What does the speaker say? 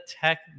tech